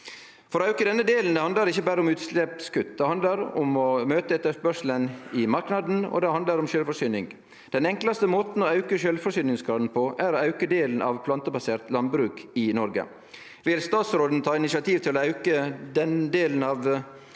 For å auke denne delen handlar det ikkje berre om utsleppskutt, det handlar om å møte etterspørselen i marknaden, og det handlar om sjølvforsyning. Den enklaste måten å auke sjølvforsyningsgraden på er å auke delen av plantebasert landbruk i Noreg. Vil statsråden ta initiativ til å auke denne delen av